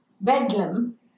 bedlam